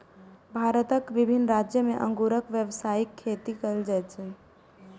भारतक विभिन्न राज्य मे अंगूरक व्यावसायिक खेती कैल जाइ छै